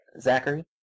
Zachary